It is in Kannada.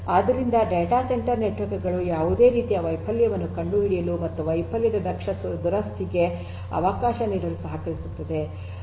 ಆದ್ದರಿಂದ ಡಾಟಾ ಸೆಂಟರ್ ನೆಟ್ವರ್ಕ್ ಗಳು ಯಾವುದೇ ರೀತಿಯ ವೈಫಲ್ಯವನ್ನು ಕಂಡುಹಿಡಿಯಲು ಮತ್ತು ವೈಫಲ್ಯದ ದಕ್ಷ ದುರಸ್ತಿಗೆ ಅವಕಾಶ ನೀಡಲು ಸಹಕರಿಸುತ್ತದೆ